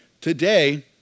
Today